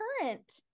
current